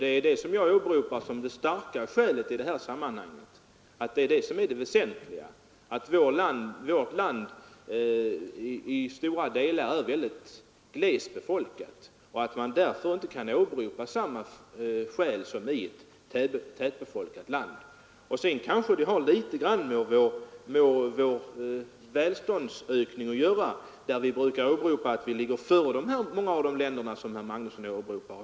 Det är detta skäl som jag har åberopat i det sammanhanget; det väsentliga är ju att vårt land till stora delar är synnerligen glest befolkat, varför man här inte kan åberopa samma skäl som kan åberopas i ett tätbefolkat land. Det kanske också har något med vår välståndsökning att göra. Vi brukar åberopa att vi ligger före många av de länder som herr Magnusson nämnde.